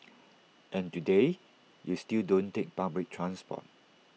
and today you still don't take public transport